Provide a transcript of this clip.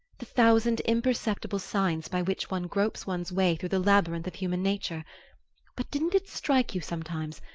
the thousand imperceptible signs by which one gropes one's way through the labyrinth of human nature but didn't it strike you, sometimes,